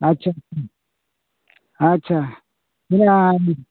ᱟᱪᱷᱟ ᱟᱪᱷᱟ ᱱᱤᱭᱟᱹ